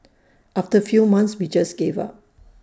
after few months we just gave up